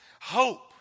Hope